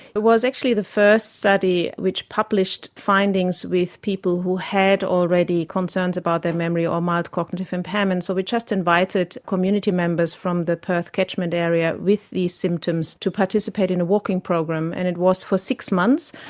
it was actually the first study which published findings with people who had already concerns about their memory or mild cognitive impairment, so we just invited community members from the perth catchment area with these symptoms to participate in a walking program. and it was for six months.